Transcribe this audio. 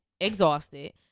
exhausted